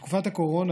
בתקופת הקורונה,